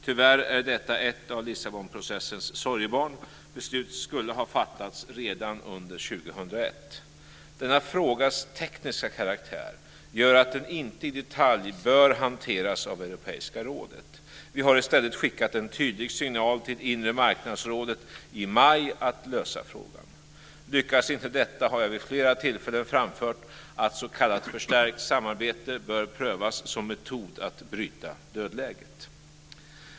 Tyvärr är detta ett av Lissabonprocessens sorgebarn; beslut skulle ha fattats redan under 2001. Denna frågas tekniska karaktär gör att den inte i detalj bör hanteras av Europeiska rådet. Vi har i stället skickat en tydlig signal till inremarknadsrådet i maj att lösa frågan. Lyckas inte detta har jag vid flera tillfällen framfört att s.k. förstärkt samarbete bör prövas som metod att bryta dödläget.